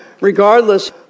regardless